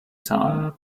zahl